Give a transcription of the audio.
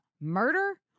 murder